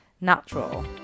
natural